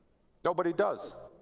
nobody does.